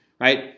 right